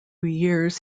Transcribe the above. years